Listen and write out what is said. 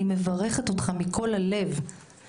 אני מברכת אותך מכל הלב,